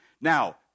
Now